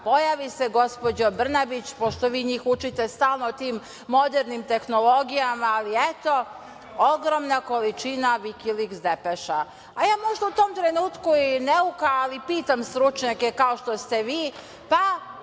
pojavi se, gospođo Brnabić, pošto vi njih učite stalno tim modernim tehnologijama, ali eto, ogromna količina Vikiliks depeša. Možda ja u tom trenutku i neuka, ali pitam stručnjake, kao što ste vi, pa